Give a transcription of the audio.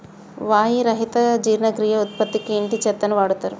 వాయి రహిత జీర్ణక్రియ ఉత్పత్తికి ఇంటి చెత్తను వాడుతారు